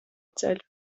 ceļu